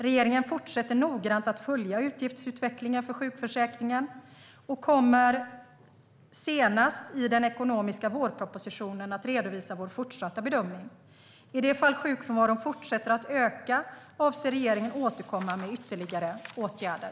Regeringen fortsätter noggrant att följa utgiftsutvecklingen för sjukförsäkringen och kommer senast i den ekonomiska vårpropositionen att redovisa sin fortsatta bedömning. I det fall sjukfrånvaron fortsätter öka avser regeringen att återkomma med ytterligare åtgärder.